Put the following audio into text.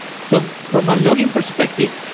so from a logging perspective,